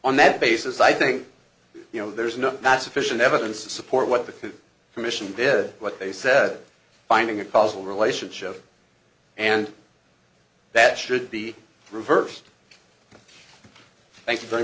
on that basis i think you know there's enough not sufficient evidence to support what the commission did what they said finding a causal relationship and that should be reversed thank you very